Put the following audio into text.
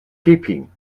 keeping